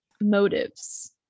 motives